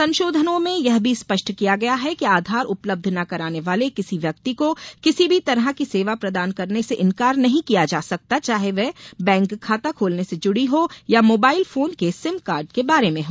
संशोधनों में यह भी स्पष्ट किया गया है कि आधार उपलब्ध न कराने वाले किसी व्यक्ति को किसी भी तरह की सेवा प्रदान करने से इन्कार नहीं किया जा सकता चाहे वह बैंक खाता खोलने से जुड़ी हो या मोबाइल फोन के सिम कार्ड के बारे में हो